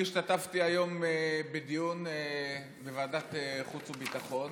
אני השתתפתי היום בדיון בוועדת החוץ והביטחון,